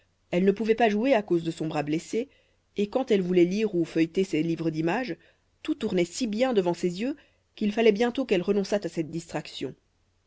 elle ne pouvait pas jouer à cause de son bras blessé et quand elle voulait lire ou feuilleter ses livres d'images tout tournait si bien devant ses yeux qu'il fallait bientôt qu'elle renonçât à cette distraction